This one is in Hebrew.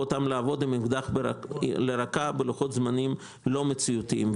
אותם לעבוד עם אקדח לרקה בלוחות זמנים לא מציאותיים.